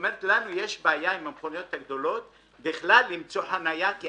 יש לנו בעיה עם המכוניות הגדולות בכלל למצוא חניה.